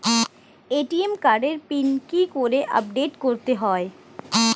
ATM কার্ডের PIN কি করে আপডেট করতে হয়?